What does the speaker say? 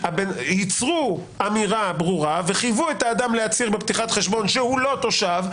ייצרו אמירה ברורה וחייבו את האדם להצהיר בפתיחת חשבון שהוא לא תושב,